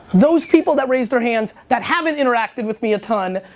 those people that raised their hands, that haven't interacted with me a ton,